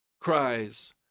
cries